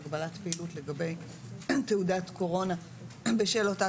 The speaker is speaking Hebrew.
הגבלת פעילות לגבי תעודת קורונה בשל אותה